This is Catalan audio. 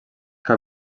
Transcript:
que